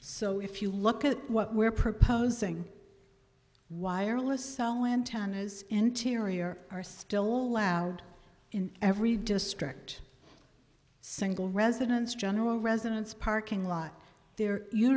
so if you look at what we're proposing wireless cell antennas interior are still loud in every district single residence general residents parking lot there you